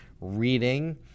reading